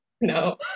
no